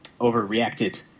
overreacted